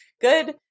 good